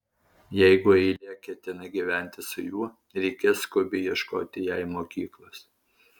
jeigu eilė ketina gyventi su juo reikės skubiai ieškoti jai mokyklos